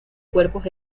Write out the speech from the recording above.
cuerpos